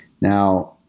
Now